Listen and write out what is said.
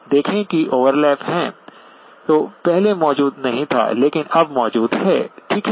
देखें कि ओवरलैप है जो पहले मौजूद नहीं था लेकिन अब मौजूद है ठीक है